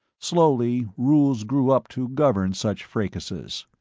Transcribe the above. slowly rules grew up to govern such fracases.